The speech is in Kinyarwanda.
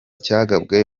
cyagabwe